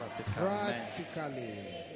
practically